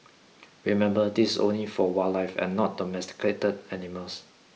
remember this is only for wildlife and not domesticated animals